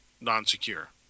non-secure